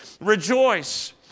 rejoice